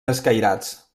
escairats